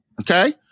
Okay